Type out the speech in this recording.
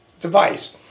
device